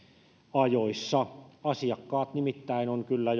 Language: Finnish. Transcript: ajoissa asiakkaat nimittäin ovat kyllä